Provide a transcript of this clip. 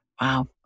Wow